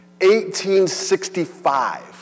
1865